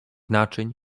naczyń